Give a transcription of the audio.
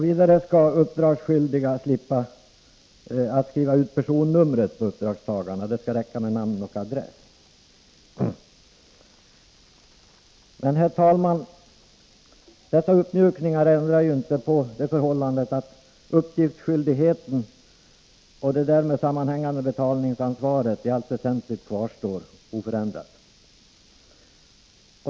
Vidare skall uppgiftsskyldiga inte behöva ange uppdragstagarnas personnummer, utan det skall räcka med namn och adress. Herr talman! Dessa uppmjukningar ändrar inte på det förhållandet att uppgiftsskyldigheten och det därmed sammanhängande betalningsansvaret i allt väsentligt kvarstår oförändrat.